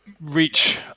reach